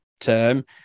term